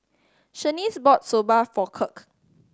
Shanice bought Soba for Kirk